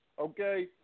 okay